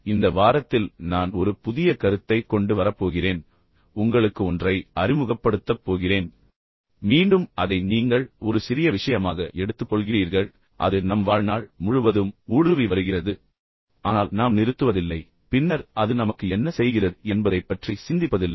இப்போது இந்த வாரத்தில் நான் ஒரு புதிய கருத்தைக் கொண்டு வரப் போகிறேன் பின்னர் உங்களுக்கு ஒன்றை அறிமுகப்படுத்தப் போகிறேன் மீண்டும் அதை நீங்கள் ஒரு சிறிய விஷயமாக எடுத்துக்கொள்கிறீர்கள் அது நம் வாழ்நாள் முழுவதும் ஊடுருவி வருகிறது ஆனால் நாம் நிறுத்துவதில்லை பின்னர் அது நமக்கு என்ன செய்கிறது என்பதைப் பற்றி சிந்திப்பதில்லை